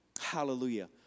Hallelujah